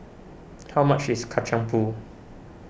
how much is Kacang Pool